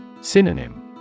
Synonym